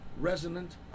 resonant